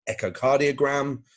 echocardiogram